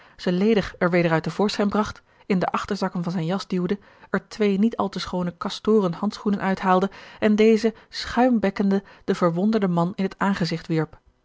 ledig er weder uit te voorschijn bragt in de achterzakken van zijn jas duwde er twee niet al te schoone castoren handschoenen uithaalde en deze schuimbekkende den verwonderden man in het aangezigt